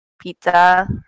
pizza